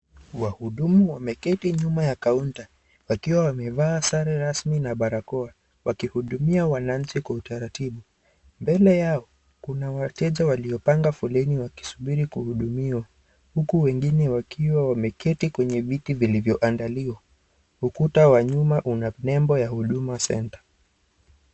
Wahudumu wameketi nyuma ya kaonta wakiwa wamevaa sare rasmi na barakoa wakihudumia wananchi kwa utaratibu, mbele yao kuna wateja walio panga foleni wakisubiri kuhudumiwa huku wengine wakiwa wameketi kwenye viti vilivyoandaliwa ukuta wa nyuma una nembo ya huduma senta.